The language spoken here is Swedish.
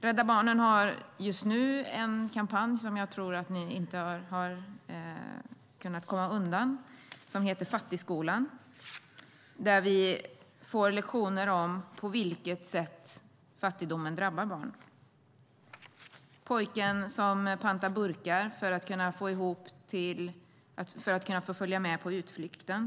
Rädda Barnen har just nu en kampanj som jag inte tror att ni kunnat missa. Den heter Fattigskolan. Där får vi lektioner om på vilket sätt fattigdomen drabbar barn. Där finns pojken som pantar burkar för att kunna följa med på utflykten.